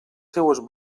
seues